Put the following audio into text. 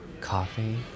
coffee